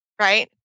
right